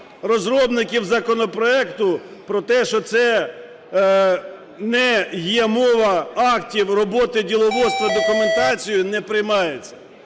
розробників законопроекту про те, що це не є мова актів роботи діловодства і документації не приймається.